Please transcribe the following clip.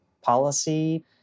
policy